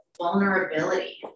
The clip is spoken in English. vulnerability